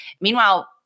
meanwhile